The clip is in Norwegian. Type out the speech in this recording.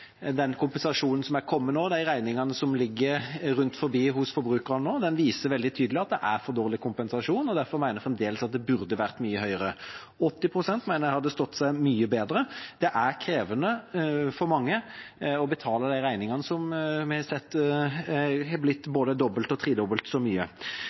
den kompensasjonen som er kommet til de regningene som ligger hos forbrukerne nå, viser veldig tydelig at det er for dårlig kompensasjon, og derfor mener jeg fremdeles at det burde vært mye høyere. En kompensasjonsgrad på 80 pst. mener jeg hadde stått seg mye bedre. Det er krevende for mange å betale de regningene, som vi har sett er blitt både dobbelt og tredobbelt så